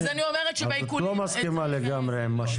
רק את לא מסכימה לגמרי עם מה שכתוב.